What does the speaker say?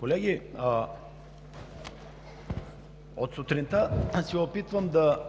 Колеги, от сутринта се опитвам да